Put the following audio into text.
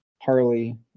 Harley